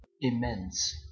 immense